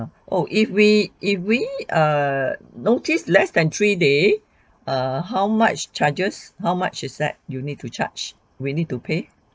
oh if we if we err notice less than three day err how much charges how much is that you need to charge we need to pay